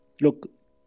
look